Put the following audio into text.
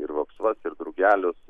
ir vapsvas ir drugelius